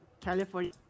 California